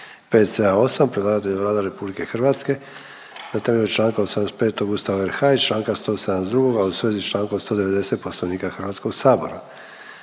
529. Predlagatelj je Vlada Republike Hrvatske temeljem članka 85. Ustava Republike Hrvatske i članka 172. a u svezi sa člankom 190. Poslovnika Hrvatskog sabora.